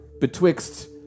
betwixt